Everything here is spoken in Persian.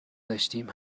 داشتیم